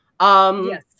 Yes